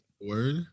Word